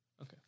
Okay